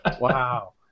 Wow